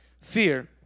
fear